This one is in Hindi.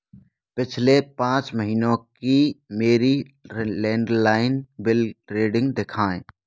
पिछले पाँच महीनों की मेरी रे लैंडलाइन बिल रीडिंग दिखाएँ